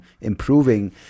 improving